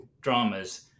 dramas